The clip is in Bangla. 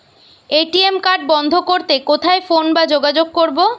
এ.টি.এম কার্ড বন্ধ করতে কোথায় ফোন বা যোগাযোগ করব?